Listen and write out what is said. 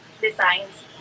designs